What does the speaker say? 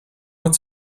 what